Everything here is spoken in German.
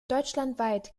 deutschlandweit